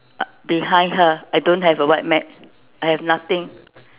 behind her I don't have a white mat I have nothing